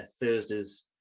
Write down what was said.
Thursday's